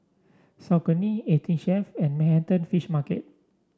Saucony Eighteen Chef and Manhattan Fish Market